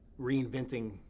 reinventing